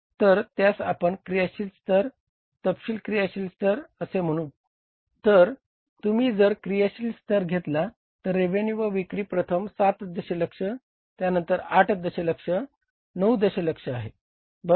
तर त्यास आपण क्रियाशील स्तर तपशील क्रियाशील स्तर असे म्हणू तर तुम्ही जर क्रियाशील स्तर घेतला तर रेव्हेन्यू व विक्री प्रथम 7 दशलक्ष त्यानंतर 8 दशलक्ष 9 दशलक्ष आहे बरोबर